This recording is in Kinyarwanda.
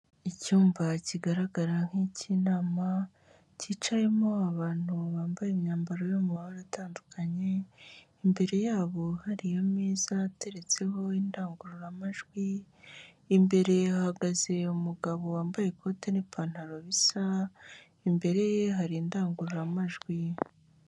Icyumba kigaragara nk'icy'inama cyicayemo abantu bambaye imyambaro yo mu mabara atandukanye, imbere yabo hari ameza ateretseho indangururamajwi, imbere hahagaze umugabo wambaye ikote n'ipantaro bisa, imbere ye hari indangururamajwi.